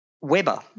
Weber